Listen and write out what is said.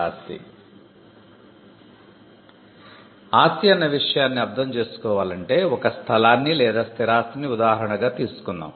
ఆస్తి అన్న విషయాన్ని అర్ధం చేసుకోవాలంటే ఒక స్థలాన్ని లేదా స్థిరాస్తిని ఉదాహరణగా తీసుకుందాం